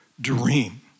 dream